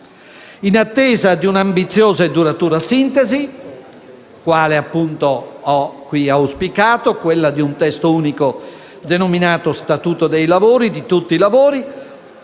In attesa di una ambiziosa e duratura sintesi, quale appunto ho qui auspicato, quella di un testo unico denominato «Statuto dei lavori», la disciplina